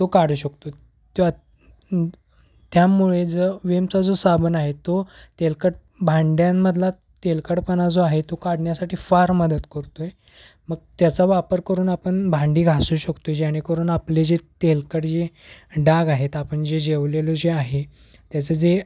तो काढू शकतो त त्यामुळे जो विमचा जो साबण आहे तो तेलकट भांड्यांमधला तेलकटपणा जो आहे तो काढण्यासाठी फार मदत करतोय मग त्याचा वापर करून आपन भांडी घासू शकतोय जेणेकरून आपले जे तेलकट जे डाग आहेत आपण जे जेवलेलो जे आहे त्याचं जे